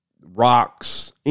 rocks